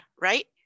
right